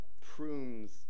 prunes